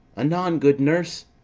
anon, good nurse!